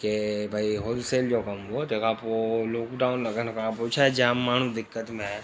के भई होलसेल जो कम हो तंहिंखां पोइ लोकडाउन लॻण खां पोइ छा जाम माण्हू दिक़त में आया